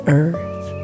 earth